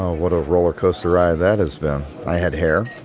ah what a roller coaster ride that has been. i had hair.